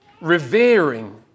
revering